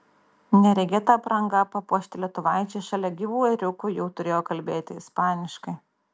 neregėta apranga papuošti lietuvaičiai šalia gyvų ėriukų jau turėjo kalbėti ispaniškai